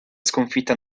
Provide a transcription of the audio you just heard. sconfitta